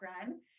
run